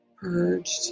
purged